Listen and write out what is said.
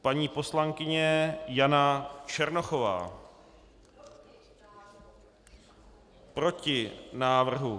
Paní poslankyně Jana Černochová: Proti návrhu.